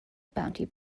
bounty